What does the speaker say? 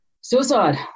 suicide